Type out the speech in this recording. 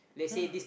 yeah